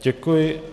Děkuji.